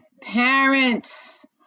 parents